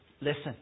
Listen